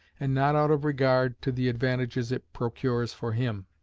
and not out of regard to the advantages it procures for him,